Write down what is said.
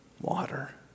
water